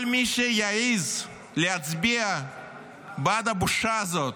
כל מי שיעז להצביע בעד הבושה הזאת,